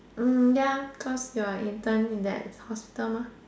hmm ya cause your intern in that hospital mah